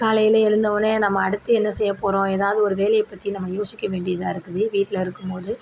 காலையில் எழுந்தோனே நம்ம அடுத்து என்ன செய்ய போகிறோம் ஏதாவது ஒரு வேலையை பற்றி நம்ம யோசிக்க வேண்டியதாக இருக்குது வீட்டில் இருக்கும்போது